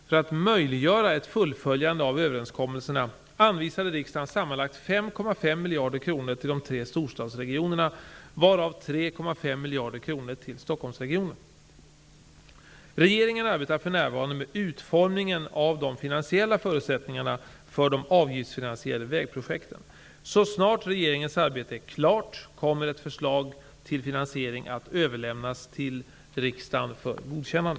För att möjliggöra ett fullföljande av överenskommelserna anvisade riksdagen sammanlagt 5,5 miljarder kronor till de tre storstadsregionerna, varav 3,5 miljarder kronor till Regeringen arbetar för närvarande med utformningen av de finansiella förutsättningarna för de avgiftsfinansierade vägprojekten. Så snart regeringens arbete är klart kommer ett förslag till finansiering att överlämnas till riksdagen för godkännande.